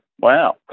Wow